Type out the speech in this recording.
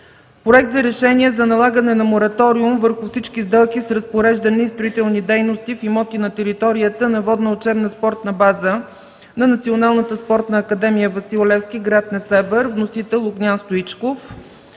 Проект за решение за налагане на Мораториум върху всички сделки с разпореждане и строителни дейности в имоти на територията на Водна учебна спортна база на Националната спортна академия „Васил Левски” – град Несебър. Вносител – Огнян Стоичков.